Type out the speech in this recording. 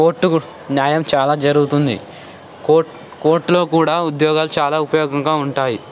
కోర్టుకు న్యాయం చాలా జరుగుతుంది కోర్ట్ కోర్టులో కూడా ఉద్యోగాలు చాలా ఉపయోగంగా ఉంటాయి